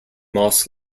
moss